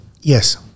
Yes